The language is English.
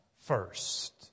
first